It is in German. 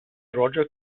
roger